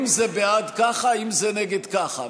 אם זה בעד ככה, אם זה נגד, ככה.